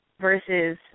versus